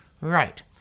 Right